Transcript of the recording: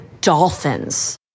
Dolphins